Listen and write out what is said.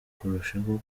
kurushaho